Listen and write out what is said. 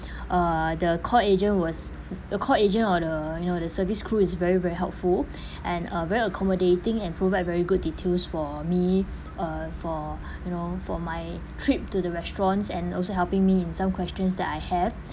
uh the call agent was the call agent or the you know the service crew is very very helpful and uh very accommodating and provide very good details for me uh for you know for my trip to the restaurants and also helping me in some questions that I have